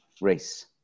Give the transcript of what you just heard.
race